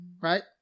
right